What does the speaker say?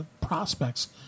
prospects